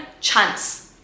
chance